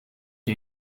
you